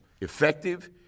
effective